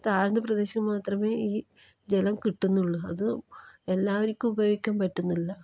താഴ്ന്ന പ്രദേശം മാത്രമേ ഈ ജലം കിട്ടുന്നുള്ളൂ അത് എല്ലാർക്കും ഉപയോഗിക്കാൻ പറ്റുന്നില്ല